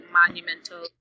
monumental